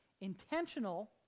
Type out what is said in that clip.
intentional